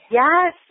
yes